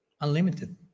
Unlimited